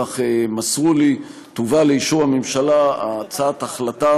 כך מסרו לי תובא לאישור הממשלה הצעת החלטת